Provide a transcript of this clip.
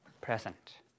present